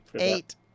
Eight